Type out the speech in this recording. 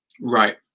Right